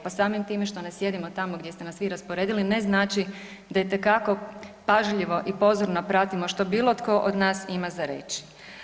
Pa samim time što ne sjedimo tamo gdje ste nas vi rasporedili ne znači da itekako pažljivo i pozorno pratimo što bilo tko od nas ima za reći.